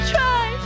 Try